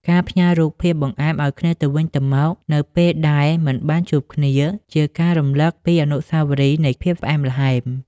ការផ្ញើរូបភាពបង្អែមឱ្យគ្នាទៅវិញទៅមកនៅពេលដែលមិនបានជួបគ្នា ជាការរំលឹកពីអនុស្សាវរីយ៍នៃភាពផ្អែមល្ហែម។